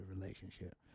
relationship